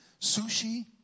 Sushi